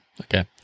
Okay